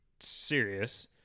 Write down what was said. serious